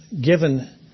given